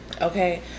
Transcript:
okay